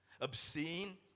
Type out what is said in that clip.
obscene